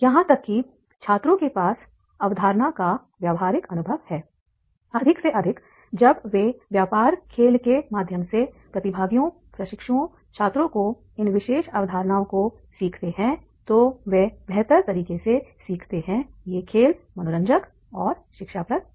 यहां तक कि छात्रों के पास अवधारणा का व्यावहारिक अनुभव है अधिक से अधिक जब वे व्यापार खेल के माध्यम से प्रतिभागियों प्रशिक्षुओं छात्रों को इन विशेष अवधारणाओं को सीखते हैं तो वे बेहतर तरीके से सीखते हैं ये खेल मनोरंजक और शिक्षाप्रद हैं